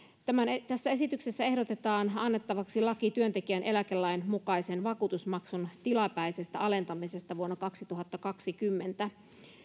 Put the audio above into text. tässä esityksessä ehdotetaan annettavaksi laki työntekijän eläkelain mukaisen vakuutusmaksun tilapäisestä alentamisesta vuonna kaksituhattakaksikymmentä